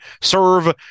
serve